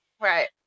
Right